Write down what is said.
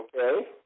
okay